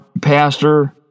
pastor